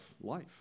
life